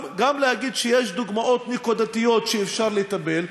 גם להגיד שיש דוגמאות נקודתיות שאפשר לטפל,